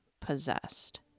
possessed